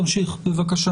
תמשיך בבקשה.